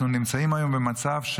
אנחנו נמצאים היום במצב,